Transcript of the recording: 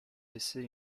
laissé